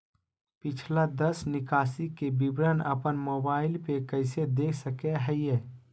पिछला दस निकासी के विवरण अपन मोबाईल पे कैसे देख सके हियई?